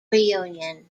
reunion